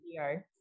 video